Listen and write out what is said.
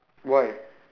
why